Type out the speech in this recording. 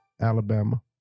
Alabama